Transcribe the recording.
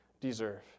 deserve